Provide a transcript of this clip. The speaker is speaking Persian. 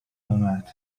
اومد